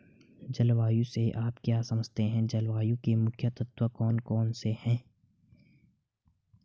जलवायु से आप क्या समझते हैं जलवायु के मुख्य तत्व कौन कौन से हैं?